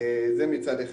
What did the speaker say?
זה מצד אחד.